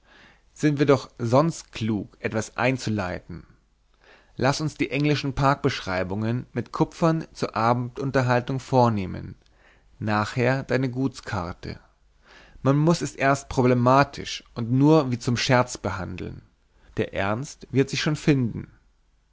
sind wir doch sonst klug etwas einzuleiten laß uns die englischen parkbeschreibungen mit kupfern zur abendunterhaltung vornehmen nachher deine gutskarte man muß es erst problematisch und nur wie zum scherz behandeln der ernst wird sich schon finden